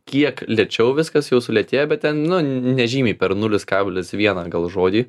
kiek lėčiau viskas jau sulėtėja bet ten nu nežymiai per nulis kablis vieną gal žodį